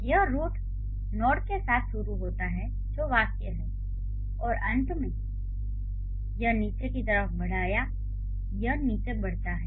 यह root node के साथ शुरू होता है जो वाक्य है और अंत में यह नीचे की तरफ बढ़ा या यह नीचे बढ़ता गया है